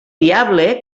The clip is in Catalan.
diable